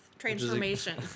transformation